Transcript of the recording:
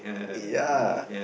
ya